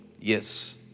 Yes